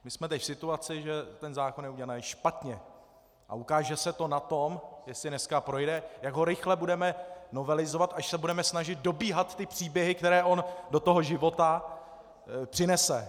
My jsme teď v situaci, že ten zákon je udělaný špatně, a ukáže se to na tom, jestli dneska projde, jak ho rychle budeme novelizovat, až se budeme snažit dobíhat příběhy, které on do toho života přinese.